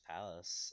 Palace